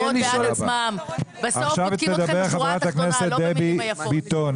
עכשיו תדבר חברת הכנסת דבי ביטון.